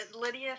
Lydia